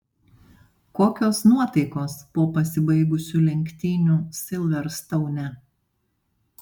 kokios nuotaikos po pasibaigusių lenktynių silverstoune